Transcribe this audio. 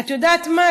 את יודעת מה,